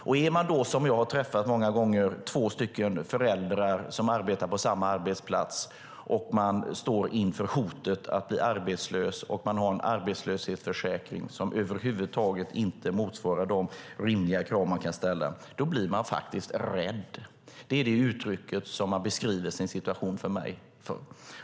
Om man då är två föräldrar - sådana familjer som jag har träffat många gånger - som arbetar på samma arbetsplats och står inför hotet att bli arbetslös och har en arbetslöshetsförsäkring som över huvud taget inte motsvarar de rimliga krav som kan ställas blir man faktiskt rädd. Det är det uttryck som de använder när de beskriver sin situation för mig.